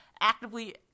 actively